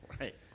Right